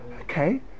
Okay